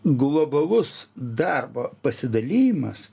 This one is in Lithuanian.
globalus darbo pasidalijimas